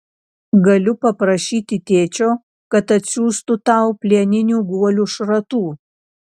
galiu paprašyti tėčio kad atsiųstų tau plieninių guolių šratų